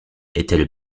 étaient